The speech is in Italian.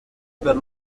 per